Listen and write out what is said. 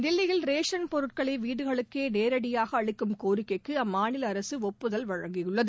தில்லியில் ரேஷன் பொருட்களை வீடுகளுக்கே நேரடியாக அளிக்கும் கோரிக்கைக்கு அம்மாநில அரசு ஒப்புதல் அளித்துள்ளது